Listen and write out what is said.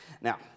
Now